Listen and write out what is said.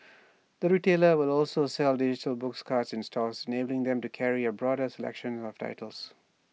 the retailer will also sell digital books cards in stores enabling them to carry A broader selection of titles